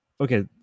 okay